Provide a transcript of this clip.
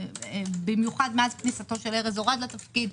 במיוחד מאז כניסת ארז אורעד לתפקיד,